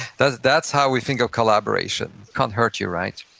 that's that's how we think of collaboration, can't hurt you, right?